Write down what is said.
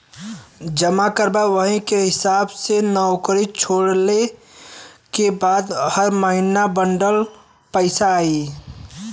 जमा करबा वही के हिसाब से नउकरी छोड़ले के बाद हर महीने बंडल पइसा आई